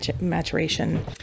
maturation